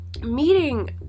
meeting